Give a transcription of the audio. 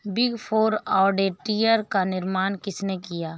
Big four auditor का निर्माण किसने किया?